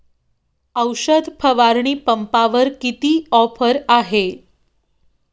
औषध फवारणी पंपावर किती ऑफर आहे?